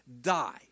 die